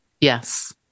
Yes